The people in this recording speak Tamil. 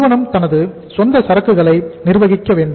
நிறுவனம் தனது சொந்தச் சரக்குகளை நிர்வகிக்க வேண்டும்